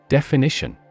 Definition